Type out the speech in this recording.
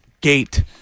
gate